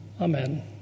Amen